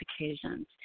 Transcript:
occasions